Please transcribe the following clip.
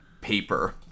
paper